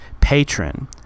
patron